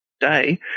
day